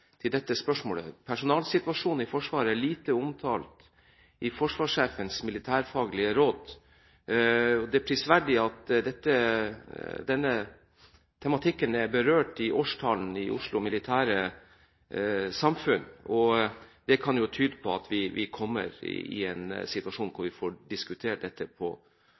dette spørsmålet. Personellsituasjonen i Forsvaret er lite omtalt i forsvarssjefens militærfaglige råd. Det er prisverdig at denne tematikken er berørt i årstalen i Oslo Militære Samfund. Det kan tyde på at vi får diskutert dette på alvor i Stortinget. Vi